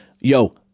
yo